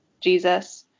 Jesus